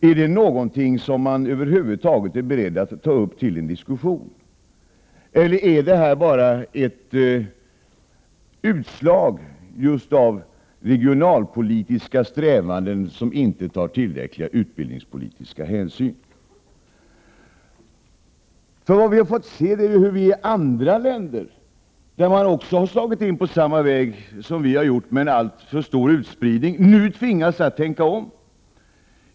Är det någonting som man över huvud taget är beredd att ta upp till diskussion, eller är det här bara ett utslag av regionalpolitiska strävanden som inte tar tillräckliga utbildningspolitiska hänsyn? Vad vi har fått se är ju hur man i andra länder, där man också har slagit in på samma väg med alltför stor utspridning, nu tvingas att tänka om.